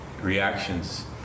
reactions